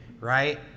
right